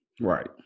Right